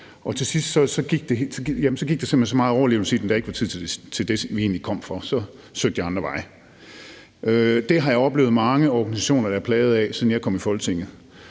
der simpelt hen så meget overlevelse i den, at der ikke var tid til det, som vi egentlig kom for. Så søgte jeg andre veje. Det har jeg oplevet mange organisationer der er plaget af, siden jeg kom i Folketinget.